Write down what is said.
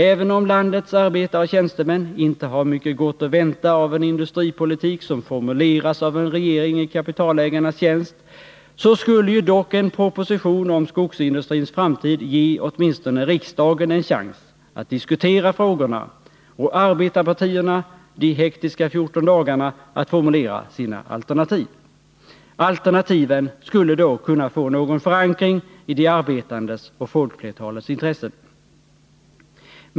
Även om landets arbetare och tjänstemän inte har mycket gott att vänta sig av en industripolitik som formuleras av en regering i kapitalägarnas tjänst, så skulle dock en proposition om skogsindustrins framtid ge åtminstone riksdagen en chans att diskutera frågorna och arbetarpartierna de hektiska fjorton dagarna att formulera sina alternativ. Alternativen skulle då kunna få förankring i de arbetandes och folkflertalets intressen.